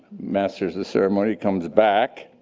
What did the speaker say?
master of ceremonies, comes back,